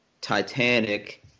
Titanic